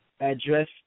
address